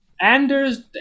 anders